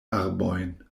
arbojn